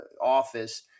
office